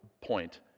point